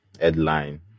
headline